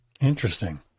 Interesting